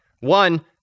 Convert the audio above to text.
One